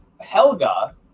Helga